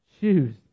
shoes